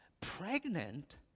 Pregnant